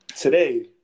today